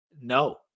No